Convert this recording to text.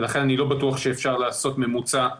ולכן אני לא בטוח שאפשר לעשות ממוצע.